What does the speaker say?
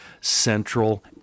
central